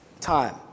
time